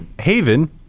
Haven